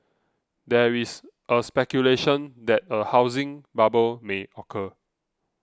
there is speculation that a housing bubble may occur